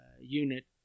unit